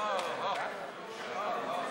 חבריי חברי הכנסת.